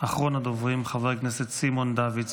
אחרון הדוברים, חבר הכנסת סימון דוידסון.